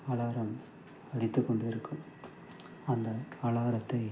alarm அடித்து கொண்டிருக்கும் அந்த அலாரத்தை